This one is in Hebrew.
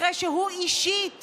אחרי שהוא אישית